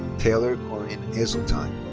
taylor coryn azeltine.